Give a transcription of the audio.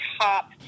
top